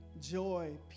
joy